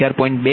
u G211